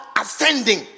ascending